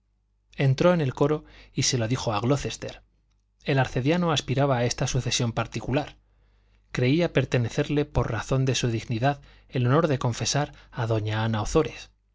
entró en el coro y se lo dijo a glocester el arcediano aspiraba a esta sucesión particular creía pertenecerle por razón de su dignidad el honor de confesar a doña ana ozores